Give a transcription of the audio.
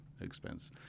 Expense